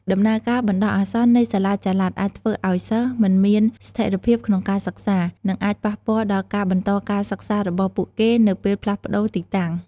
ដំណើរការបណ្ដោះអាសន្ននៃសាលាចល័តអាចធ្វើឱ្យសិស្សមិនមានស្ថេរភាពក្នុងការសិក្សា និងអាចប៉ះពាល់ដល់ការបន្តការសិក្សារបស់ពួកគេនៅពេលផ្លាស់ប្ដូរទីតាំង។